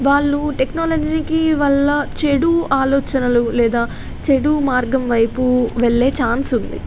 వాళ్ళు టెక్నాలజీకి వల్ల చెడు ఆలోచనలు లేదా చెడు మార్గం వైపు వెళ్లే ఛాన్స్ ఉంది